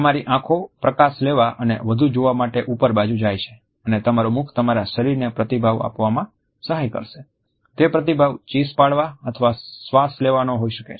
તમારી આંખો પ્રકાશ લેવા અને વધુ જોવા માટે ઉપર બાજુ જાય છે અને તમારું મુખ તમારા શરીરને પ્રતિભાવ આપવામાં સહાય કરશે તે પ્રતિભાવ ચીસ પાડવા અથવા શ્વાસ લેવાનો હોય શકે છે